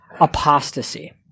apostasy